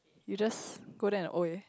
you just go there and !oi!